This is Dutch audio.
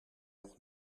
nog